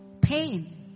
pain